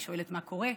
היא שואלת מה קורה,